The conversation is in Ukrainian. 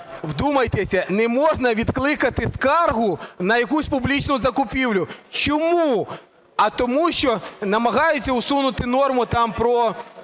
Вдумайтеся, не можна відкликати скаргу на якусь публічну закупівлю. Чому? А тому що намагаються усунути норму там про